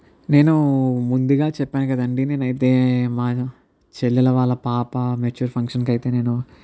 నేను ముందుగా చెప్పాను కదా అండి నేను అయితే మా చెల్లెలు వాళ్ళ పాప మెచ్యూర్ ఫంక్షన్కి అయితే నేను